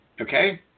okay